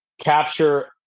capture